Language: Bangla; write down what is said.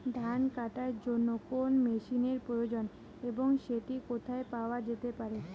ধান কাটার জন্য কোন মেশিনের প্রয়োজন এবং সেটি কোথায় পাওয়া যেতে পারে?